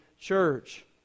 church